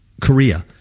Korea